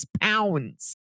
pounds